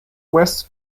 west